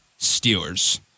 Steelers